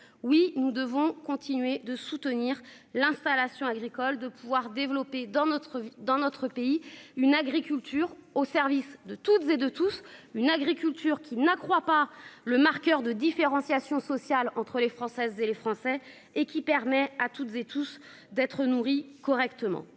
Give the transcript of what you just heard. Oui, nous devons continuer de soutenir l'installation agricole, de pouvoir développer dans notre dans notre pays une agriculture au service de toutes et de tous une agriculture qui n'accroît pas le marqueur de différenciation sociale entre les Françaises et les Français et qui permet à toutes et tous d'être nourri correctement.